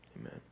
Amen